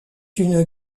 une